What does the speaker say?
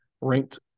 ranked